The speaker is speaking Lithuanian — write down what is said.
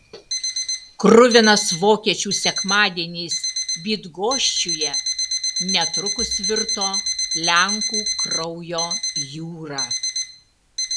kruvinas vokiečių sekmadienis bydgoščiuje netrukus virto lenkų kraujo jūra